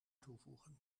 toevoegen